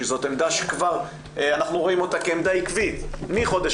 שזאת עמדה שאנחנו רואים אותה כעמדה עקבית מחודש